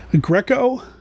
Greco